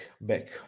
back